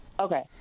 Okay